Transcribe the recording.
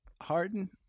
Harden